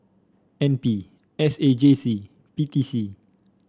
N P S A J C P T C